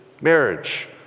marriage